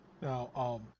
Now